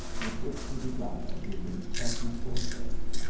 with which to beguile his in cessant way-faring.